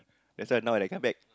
that's why now I like come back